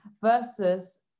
versus